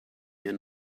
mir